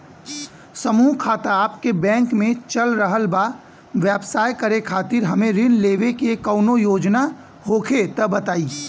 समूह खाता आपके बैंक मे चल रहल बा ब्यवसाय करे खातिर हमे ऋण लेवे के कौनो योजना होखे त बताई?